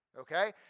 okay